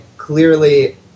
Clearly